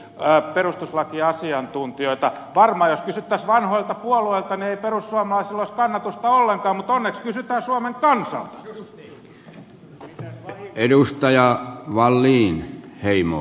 varmaan jos kysyttäisiin vanhoilta puolueilta niin ei perussuomalaisilla olisi kannatusta ollenkaan mutta onneksi kysytään suomen kansalta